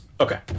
Okay